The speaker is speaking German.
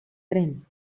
drin